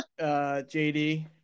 JD